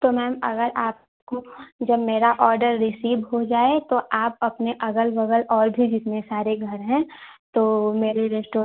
तो मैम अगर आपको जब मेरा ऑर्डर रिसीव हो जाए तो आप अपने अगल बगल और भी जितने सारे घर हैं तो मेरे रेस्टो